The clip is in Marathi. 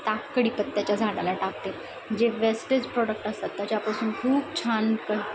ताक कडीपत्त्याच्या झाडाला टाकते जे वेस्टेज प्रॉडक्ट असतात त्याच्यापासून खूप छान प